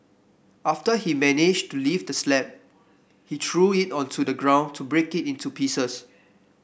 after he managed to lift the slab he threw it onto the ground to break it into pieces